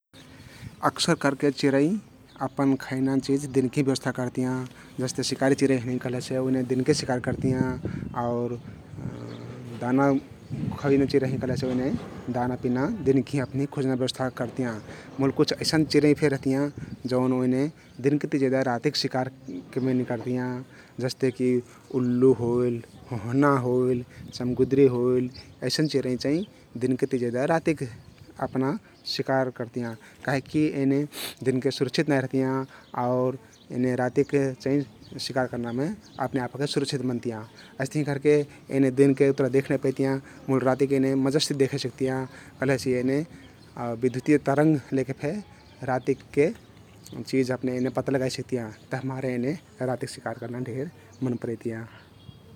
अक्सर करके चिरैं अपन खैना चिझ दिनके व्यवस्था करतियाँ । जस्ते शिकारी चिरैं हँइ कहलेसे ओइने दिनके शिकार करतियाँ । आउर दाना खैना चिरैं हँइ कहलेसे ओइने दाना पिना दिनके अपनहि कुज्ना व्यवस्था करतियाँ । मुल कुछ अइसन चिरैं फे रहतियाँ जउन ओइने दिनकेति जेदा रातिक शिकार मे निकरतियाँ । जस्तेकी उल्लु होइल, होहना होइल, चम्गुदरी होइल अइसन चिरैं दिनके ति जेदा रातिक अपना शिकार करतियाँ । कहिकी एने दिनके सुरक्षित नाइ रहतियाँ आउर एने रातिक चाहिं शिकार करनामे अपने आप ओहके सुरक्षित मनतियाँ । अइस्तहिं करके एने दिनके उत्रा देख नाई कइतियाँ मुल रातिक एने मजाति देखे सकतियाँ कहलेसे एने विधुतिय तरंग लइके फे रातिक के चिझ अपने एने पता लगाइ सक्तियाँ । तभिमारे एने रातिक शिकार कर्ना ढेर मन परैतियाँ ।